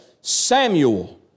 Samuel